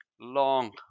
long